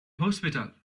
hospital